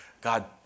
God